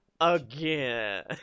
again